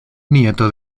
nieto